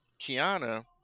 Kiana